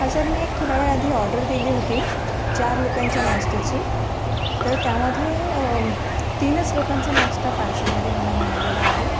हा सर मी एक थोड्यावेळ आधी ऑर्डर दिली होती चार लोकांच्या नाश्त्याची तर त्यामध्ये तीनच लोकांचा नाश्ता पार्सलमध्ये मला मिळालेला आहे